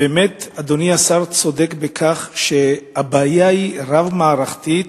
באמת, אדוני השר צודק בכך שהבעיה היא רב-מערכתית,